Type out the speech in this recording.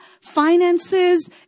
finances